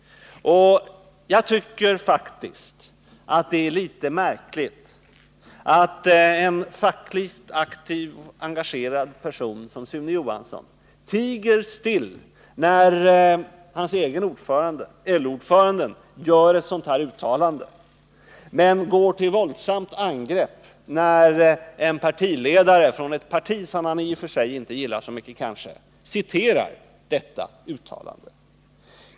Jag tycker faktiskt att det är litet märkligt att en fackligt aktiv och engagerad person som Sune Johansson tiger still när hans egen ordförande, LO-ordföranden, gör ett sådant här uttalande men går till våldsamt angrepp när en partiledare från ett parti som han kanske i och för sig inte gillar så mycket citerar detta uttalande.